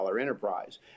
enterprise